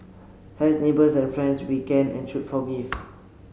as neighbours and friends we can and should forgive